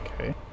Okay